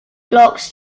blocks